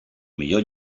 millor